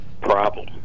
problem